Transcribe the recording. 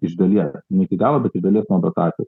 iš dalies ne iki galo bet iš dalies nuo dotacijos